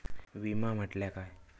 विमा म्हटल्या काय?